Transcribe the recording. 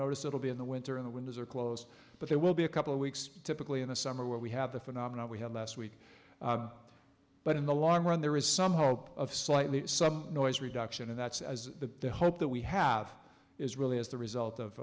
notice it'll be in the winter in the windows are closed but there will be a couple of weeks typically in the summer where we have the phenomenon we had last week but in the long run there is some hope of slightly some noise reduction and that's the hope that we have is really is the result of